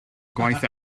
gwaith